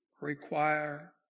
require